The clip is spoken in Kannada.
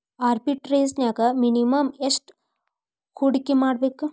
ಆರ್ಬಿಟ್ರೆಜ್ನ್ಯಾಗ್ ಮಿನಿಮಮ್ ಯೆಷ್ಟ್ ಹೂಡ್ಕಿಮಾಡ್ಬೇಕ್?